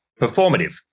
performative